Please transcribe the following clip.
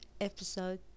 episode